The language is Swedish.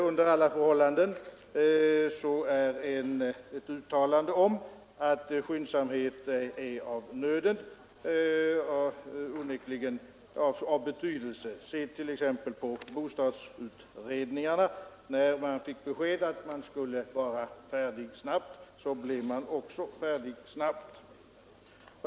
Under alla förhållanden är ett uttalande om att skyndsamhet är av nöden onekligen av betydelse. Se t.ex. på bostadsutredningarna — när man fick besked om att man skulle vara färdig snabbt, så blev man också färdig snabbt!